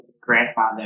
grandfather